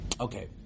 Okay